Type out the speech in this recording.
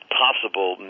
possible